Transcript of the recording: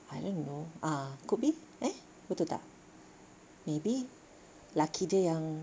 I don't know ah could be eh betul tak maybe laki dia yang